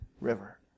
river